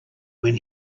when